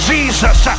Jesus